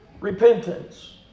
repentance